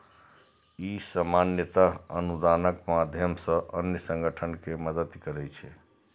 ई सामान्यतः अनुदानक माध्यम सं अन्य संगठन कें मदति करै छै